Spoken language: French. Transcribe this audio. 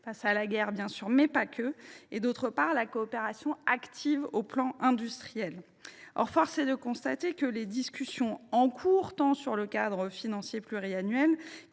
face à la guerre, mais pas seulement, et la coopération active sur le plan industriel. Or force est de constater que les discussions en cours, tant sur le cadre financier pluriannuel